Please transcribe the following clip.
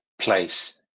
place